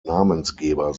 namensgeber